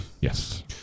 Yes